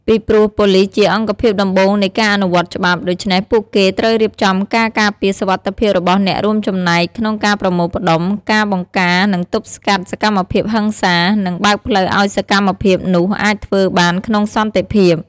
ពីព្រោះ ប៉ូលិសជាអង្គភាពដំបូងនៃការអនុវត្តច្បាប់ ដូច្នេះពួកគេត្រូវរៀបចំការការពារសុវត្ថិភាពរបស់អ្នករួមចំណែកក្នុងការប្រមូលផ្ដុំ ការបង្ការនឹងទប់ស្កាត់សកម្មភាពហិង្សា និងបើកផ្លូវឱ្យសកម្មភាពនោះអាចធ្វើបានក្នុងសន្តិភាព។